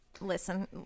Listen